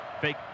Fake